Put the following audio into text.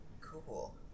Cool